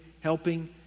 helping